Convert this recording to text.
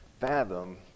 fathom